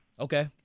Okay